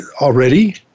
already